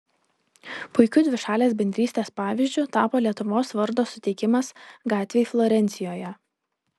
puikiu dvišalės bendrystės pavyzdžiu tapo lietuvos vardo suteikimas gatvei florencijoje